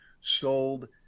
sold